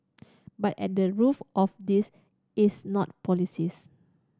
but at the roof of this is not policies